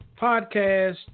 podcast